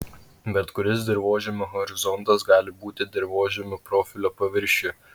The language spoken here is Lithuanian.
bet kuris dirvožemio horizontas gali būti dirvožemio profilio paviršiuje